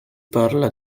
parla